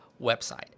website